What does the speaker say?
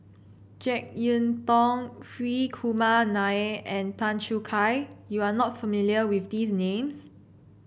JeK Yeun Thong Hri Kumar Nair and Tan Choo Kai you are not familiar with these names